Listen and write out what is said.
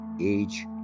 age